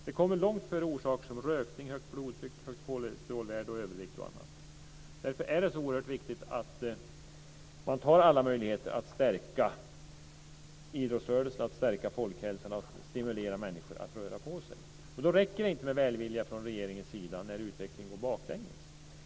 Det kommer långt före orsaker som rökning, högt blodtryck, högt kolesterolvärde, övervikt och annat. Därför är det så oerhört viktigt att ta alla möjligheter att stärka idrottsrörelsen, att stärka folkhälsan och att stimulera människor att röra på sig. Då räcker det inte med välvilja från regeringens sida, när utvecklingen går baklänges.